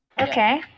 Okay